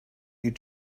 you